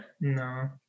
no